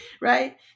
right